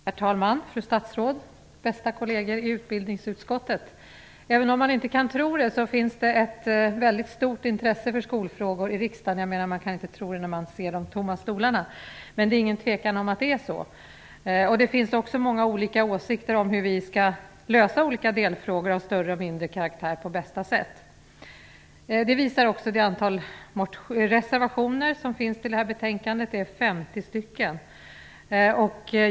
Herr talman! Fru statsråd! Bästa kolleger i utbildningsutskottet! Även om man inte kan tro det, med tanke på de tomma stolarna i kammaren, finns det ett väldigt stort intresse för skolfrågor i riksdagen. Det finns också många olika åsikter om hur vi skall lösa olika delfrågor av större och mindre karaktär på bästa sätt. Det visar det antal reservationer som är fogade till betänkandet, 50 reservationer.